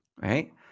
right